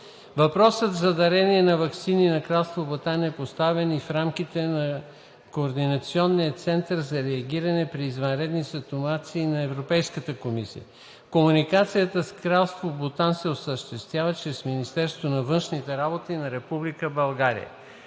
Въпросът за дарение на ваксини на Кралство Бутан е поставен и в рамките на Координационния център за реагиране при извънредни ситуации на ЕК. Комуникацията с Кралство Бутан се осъществява чрез Министерството на външните работи на Република България.